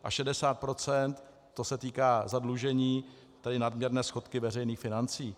A 60 %, to se týká zadlužení, tedy nadměrné schodky veřejných financí.